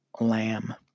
lamb